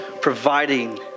providing